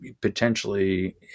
potentially